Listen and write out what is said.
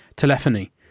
Telephony